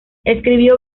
escribió